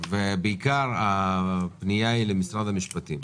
הפנייה היא בעיקר למשרד המשפטים.